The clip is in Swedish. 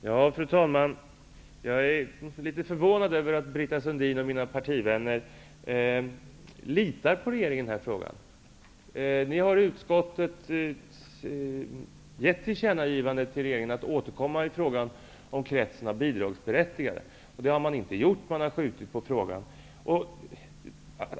Fru talman! Jag är förvånad över att Britta Sundin och mina andra partivänner litar på regeringen i den här frågan. Ni har i utskottet krävt ett tillkännagivande till regeringen att återkomma i frågan om vilka som skall vara bidragsberättigade. Det har regeringen inte gjort, utan man har skjutit på frågan.